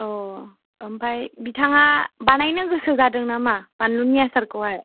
अ ओमफ्राय बिथाङा बानायनो गोसो जादों नामा बानलुनि आसारखौहाय